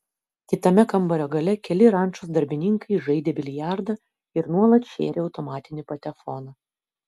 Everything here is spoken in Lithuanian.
kitame kambario gale keli rančos darbininkai žaidė biliardą ir nuolat šėrė automatinį patefoną